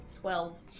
Twelve